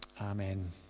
amen